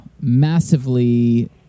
Massively